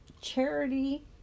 Charity